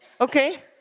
Okay